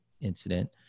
incident